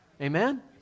Amen